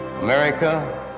America